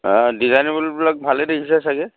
অঁ ডিজাইনেবল বিলাক ভালেই দেখিছে চাগে